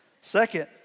Second